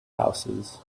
houses